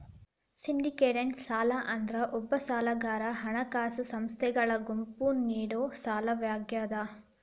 syndicated ಸಾಲ ಅಂದ್ರ ಒಬ್ಬ ಸಾಲಗಾರಗ ಹಣಕಾಸ ಸಂಸ್ಥೆಗಳ ಗುಂಪು ನೇಡೊ ಸಾಲವಾಗ್ಯಾದ